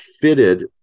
fitted